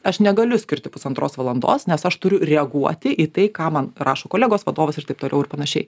aš negaliu skirti pusantros valandos nes aš turiu reaguoti į tai ką man rašo kolegos vadovas ir taip toliau ir panašiai